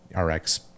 Rx